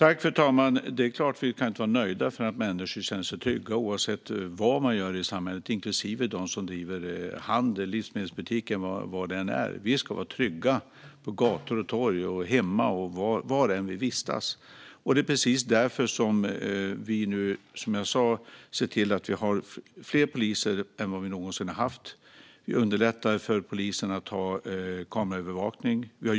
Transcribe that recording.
Fru talman! Det är klart att vi inte kan vara nöjda förrän människor känner sig trygga oavsett vad de gör i samhället, inklusive dem som driver handel, livsmedelsbutiker eller vad det än är. Vi ska vara trygga på gator, torg, hemma och var vi än vistas. Det är precis därför som det nu finns fler poliser än någonsin tidigare. Vi underlättar för poliserna att inrätta kameraövervakning.